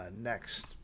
next